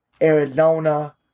Arizona